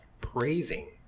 praising